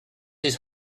his